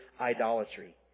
idolatry